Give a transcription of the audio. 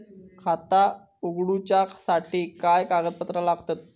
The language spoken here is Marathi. खाता उगडूच्यासाठी काय कागदपत्रा लागतत?